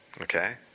okay